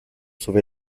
sauver